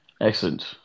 Excellent